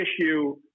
issue